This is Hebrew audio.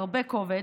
הרבה כובד,